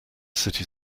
city